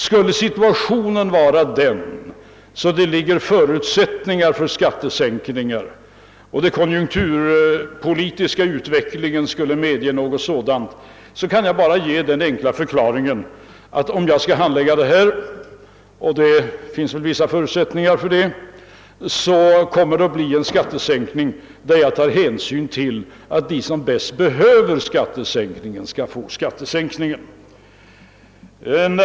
Skulle situationen bli den, att det finns förutsättningar för skattesänkningar och den konjunkturpolitiska utvecklingen skulle medge något sådant, kan jag bara avge den enkla förklaringen, att om jag skall handlägga frågan — och det finns det vissa förutsättningar för — kommer det att bli en skattesänkning där jag tar hänsyn till att de som bäst behöver skattesänkningen får en sådan.